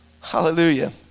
Hallelujah